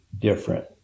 different